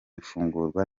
ifungurwa